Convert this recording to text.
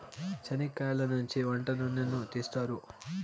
చనిక్కయలనుంచి వంట నూనెను తీస్తారు